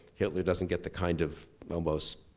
hitler doesn't get the kind of, almost,